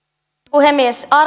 puhemies